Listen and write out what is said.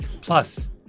Plus